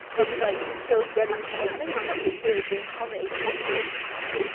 which even shows whether you can play multiplayer games on a single account.